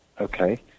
okay